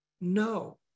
No